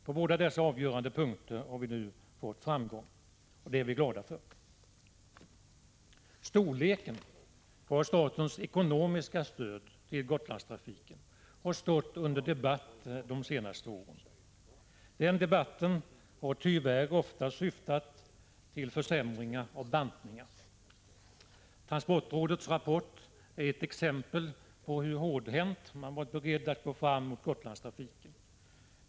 På båda dessa avgörande punkter har vi nu nått framgångar. Det är vi glada för. Storleken på statens ekonomiska stöd till Gotlandstrafiken har stått under debatt de senaste åren. Den debatten har tyvärr ofta syftat till försämringar och bantningar. Transportrådets rapport är ett exempel på hur hårdhänt man varit beredd att gå fram mot Gotlandstrafiken.